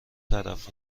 طرف